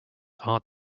aunt